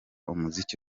umuziki